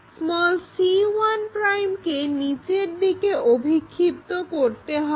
c1 কে নিচের দিকে অভিক্ষিপ্ত করতে হবে